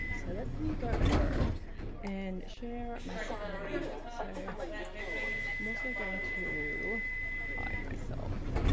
so let me go over and share my screen. so i'm also going to hide myself.